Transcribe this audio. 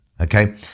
okay